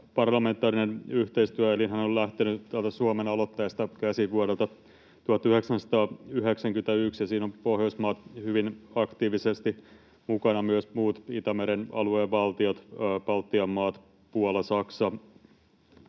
parlamentaarinen yhteistyöelinhän on lähtenyt Suomen aloitteesta käsin vuodesta 1991, ja siinä ovat Pohjoismaat hyvin aktiivisesti mukana ja myös muut Itämeren alueen valtiot — Baltian maat, Puola, Saksa